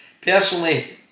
personally